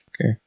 Okay